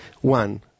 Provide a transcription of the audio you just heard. One